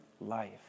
life